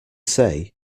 say